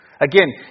Again